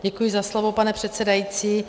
Děkuji za slovo, pane předsedající.